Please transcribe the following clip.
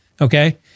Okay